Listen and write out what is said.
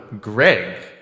Greg